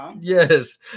Yes